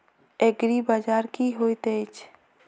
एग्रीबाजार की होइत अछि?